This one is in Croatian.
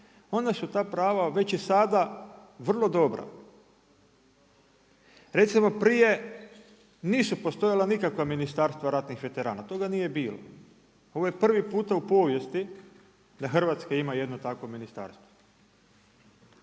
onda su ta prava već i sada vrlo dobra. Recimo prije nisu postojala nikakva ministarstva ratnih veterana, toga nije bilo. Ovo je privi puta u povijesti da Hrvatska ima jedno takvo ministarstvo.